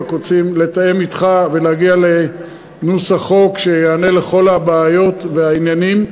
רק רוצים לתאם אתך ולהגיע לנוסח חוק שיענה על כל הבעיות והעניינים.